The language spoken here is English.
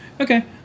Okay